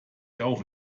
auch